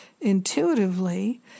intuitively